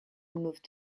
moved